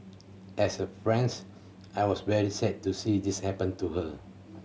as a friends I was very sad to see this happen to her